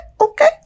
okay